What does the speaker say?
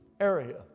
area